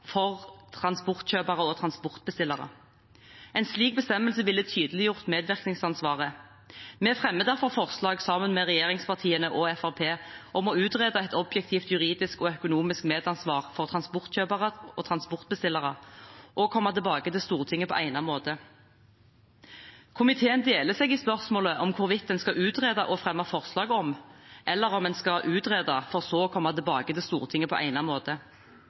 for transportkjøpere og transportbestillere. En slik bestemmelse ville tydeliggjort medvirkningsansvaret. Vi fremmer derfor forslag sammen med regjeringspartiene og Fremskrittspartiet om å utrede et objektivt juridisk og økonomisk medansvar for transportkjøpere og transportbestillere og komme tilbake til Stortinget på egnet måte. Komiteen deler seg i spørsmålet om hvorvidt en skal utrede og fremme forslag, eller om man skal utrede for så å komme tilbake til Stortinget på egnet måte.